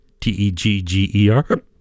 T-E-G-G-E-R